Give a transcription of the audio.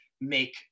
make